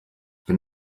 wenn